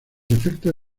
efectos